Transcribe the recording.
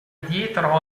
dietro